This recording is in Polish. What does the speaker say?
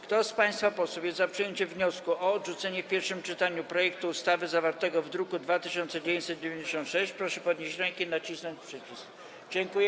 Kto z państwa posłów jest za przyjęciem wniosku o odrzucenie w pierwszym czytaniu projektu ustawy zawartego w druku nr 2996, proszę podnieść rękę i nacisnąć przycisk.